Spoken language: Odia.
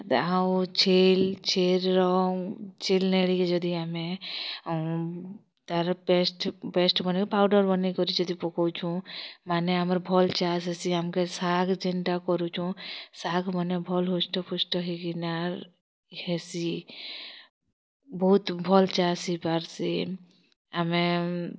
ଦାହୁଁ ଛେଲ୍ ଛେଲ୍ ର ଛେଲ୍ ନେଣ୍ଡି କି ଯଦି ଆମେ ତାର୍ ପେଷ୍ଟ୍ ପେଷ୍ଟ୍ ବନେଇ ପାଉଡ଼ର୍ ବନେଇ କିରି ଯଦି ପକଉଛୁଁ ମାନେ ଆମର୍ ଭଲ୍ ଚାଷ୍ ହେସି ଆମ୍କେ ଶାଗ୍ ଯେନ୍ଟା କରୁଛୁଁ ଶାଗ୍ ମାନେ ଭଲ୍ ହୃଷ୍ଟ୍ ପୁଷ୍ଟ୍ ହେଇକିନା ର ହେସି ବହୁତ୍ ଭଲ୍ ଚାଷ୍ ହେଇ ପାରସି ଆମେ